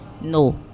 No